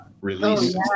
release